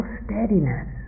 steadiness